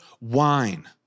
wine